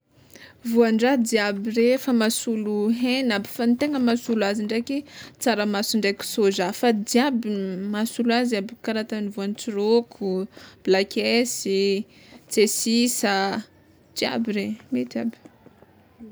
Voandraha jiaby rehefa mahasolo hena aby fa ny tegna mahasolo azy ndraiky tsaramaso ndraiky sôza fa jiaby mahasolo azy aby kara ataon'olo votsiroko, black s, tsiasisa, jiaby regny mety aby.